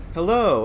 Hello